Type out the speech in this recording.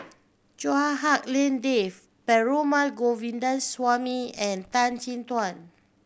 Chua Hak Lien Dave Perumal Govindaswamy and Tan Chin Tuan